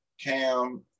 Cam